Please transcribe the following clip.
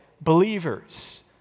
believers